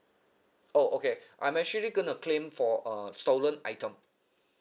oh okay I'm actually going to claim for a stolen item